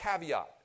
caveat